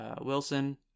Wilson